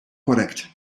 correct